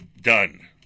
done